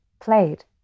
played